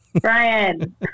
Brian